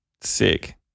Sick